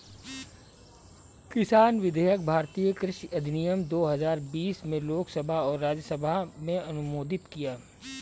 किसान विधेयक भारतीय कृषि अधिनियम दो हजार बीस में लोकसभा और राज्यसभा में अनुमोदित किया